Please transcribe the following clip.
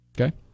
Okay